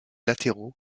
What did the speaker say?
latéraux